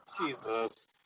Jesus